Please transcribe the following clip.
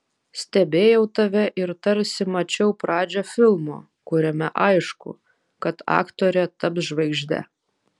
stebėjau tave ir tarsi mačiau pradžią filmo kuriame aišku kad aktorė taps žvaigžde